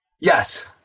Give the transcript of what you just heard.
Yes